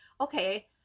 okay